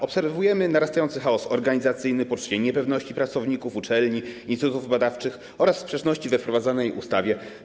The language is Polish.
Obserwujemy narastający chaos organizacyjny, poczucie niepewności pracowników, uczelni, instytutów badawczych oraz sprzeczności we wprowadzanej ustawie.